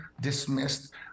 dismissed